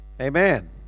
Amen